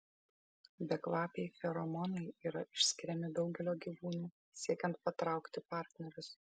bekvapiai feromonai yra išskiriami daugelio gyvūnų siekiant patraukti partnerius